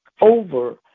over